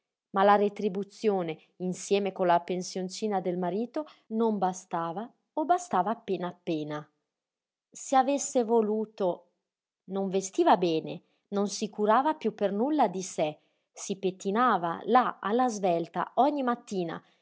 ma la retribuzione insieme con la pensioncina del marito non bastava o bastava appena appena se avesse voluto non vestiva bene non si curava piú per nulla di sé si pettinava là alla svelta ogni mattina